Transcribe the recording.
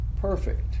perfect